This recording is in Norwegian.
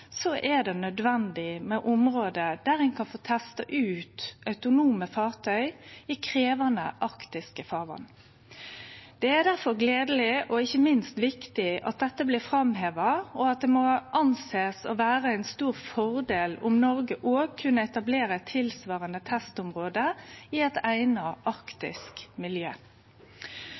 er det nødvendig med område der ein kan få testa ut autonome fartøy i krevjande arktiske farvatn. Det er derfor gledeleg og ikkje minst viktig at dette blir framheva, og ein må sjå på det som ein stor fordel om Noreg òg kunne etablere eit tilsvarande testområde i eit eigna arktisk miljø.